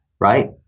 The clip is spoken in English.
right